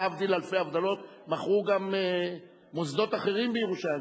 להבדיל אלפי הבדלות מכרו גם מוסדות אחרים בירושלים,